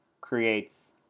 creates